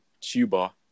tuba